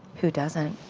who doesn't?